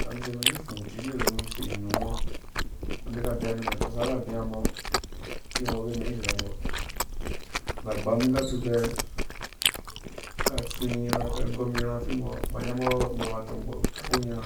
Ivang ikisei umɛn izi ifu ucuci irhu isei inumɔ abika bea mena atɔsa ra abia asi ihweng mbɔ age umɛn ini nizerha mbɔ aba agbambi nggu abiribe katsui unyirha agom unyirha afinmb, aba nyambɔ umbɔ akatɔng, umbɔ akeku unyirha